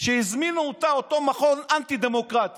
שהזמין אותה אותו מכון אנטי-דמוקרטי